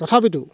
তথাপিতো